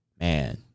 man